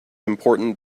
important